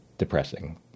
depressing